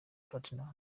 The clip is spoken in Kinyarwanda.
platnmuz